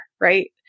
right